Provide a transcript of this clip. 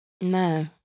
No